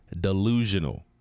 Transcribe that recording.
delusional